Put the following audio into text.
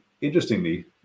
interestingly